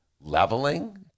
leveling